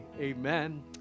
Amen